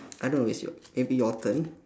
I know it's your it'll be your turn